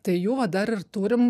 tai jų va dar ir turim